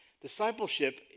Discipleship